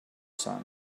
sun